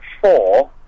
four